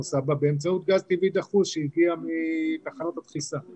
סבא באמצעות גז טבעי דחוס שהגיע מתחנות הדחיסה.